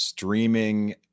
streaming